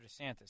DeSantis